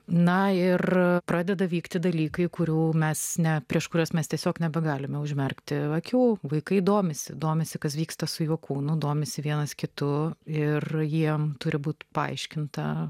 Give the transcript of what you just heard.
na ir pradeda vykti dalykai kurių mes ne prieš kuriuos mes tiesiog nebegalime užmerkti akių vaikai domisi domisi kas vyksta su jo kūnu domisi vienas kitu ir jiems turi būti paaiškinta